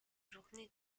journées